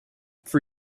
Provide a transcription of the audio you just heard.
for